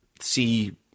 see